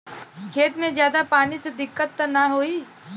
खेत में ज्यादा पानी से दिक्कत त नाही होई?